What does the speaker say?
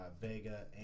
Vega